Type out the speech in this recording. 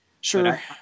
Sure